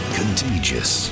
contagious